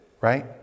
Right